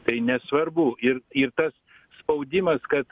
tai nesvarbu ir ir tas spaudimas kad